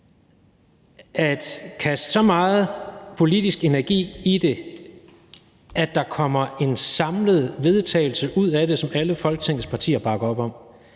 at kaste så meget politisk energi i det, at der kommer et samlet forslag til vedtagelse ud af det, som alle Folketingets partier bakker op om.